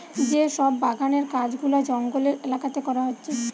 যে সব বাগানের কাজ গুলা জঙ্গলের এলাকাতে করা হচ্ছে